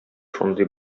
шундый